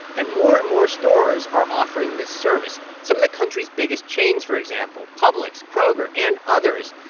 and more and more stores are offering this service some of the country's biggest chains, for example, publix, kroger and others.